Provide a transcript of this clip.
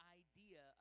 idea